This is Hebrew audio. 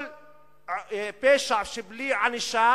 כל פשע בלי ענישה,